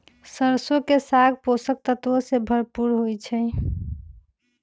सरसों के साग पोषक तत्वों से भरपूर होई छई